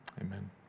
Amen